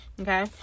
Okay